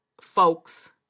folks